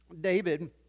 David